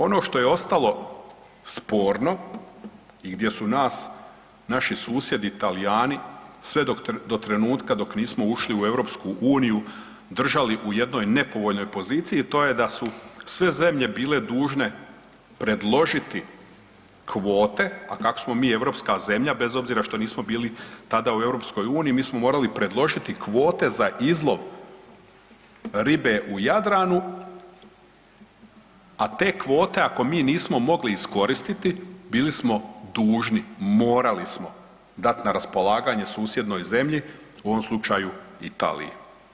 Ono što je ostalo sporno i gdje su nas naši susjedi Talijani sve do trenutka dok nismo ušli u EU držali u jednoj nepovoljnoj poziciji, to je da su sve zemlje bile dužne predložiti kvote, a kako smo mi europska zemlja bez obzira što nismo bili tada u EU mi smo morali predložiti kvote za izlov ribe u Jadranu, a te kvote ako mi nismo mogli iskoristiti bili smo dužni, morali smo dat na raspolaganje susjednoj zemlji, u ovom slučaju Italiji.